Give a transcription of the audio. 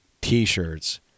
t-shirts